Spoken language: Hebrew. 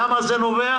למה זה נובע,